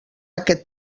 aquest